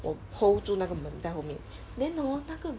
我 hold 住那个门在后面 then hor 那个